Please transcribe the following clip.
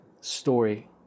story